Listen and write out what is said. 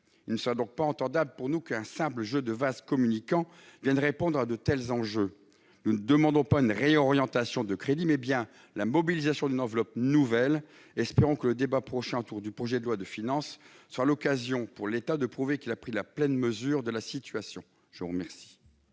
ne saurions laisser dire qu'un simple jeu de vases communicants suffirait à répondre à de tels enjeux. Nous demandons non pas une réorientation de crédits, mais bien la mobilisation d'une enveloppe nouvelle, et espérons que le débat prochain sur le projet de loi de finances sera l'occasion pour l'État de prouver qu'il a pris la pleine mesure de la situation. La parole